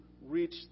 reach